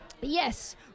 Yes